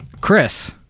Chris